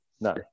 no